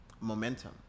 momentum